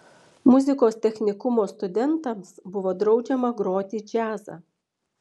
muzikos technikumo studentams buvo draudžiama groti džiazą